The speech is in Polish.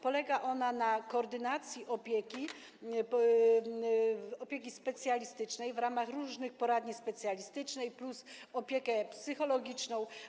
Polega ona na koordynacji opieki specjalistycznej w ramach różnych poradni specjalistycznych i na opiece psychologicznej.